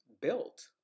built